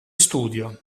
studio